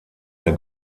der